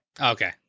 Okay